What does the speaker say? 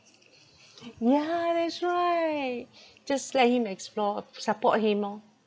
yeah that's right just let him explore uh support him lor